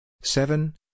seven